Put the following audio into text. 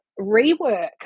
rework